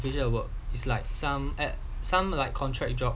future work is like some at some like contract job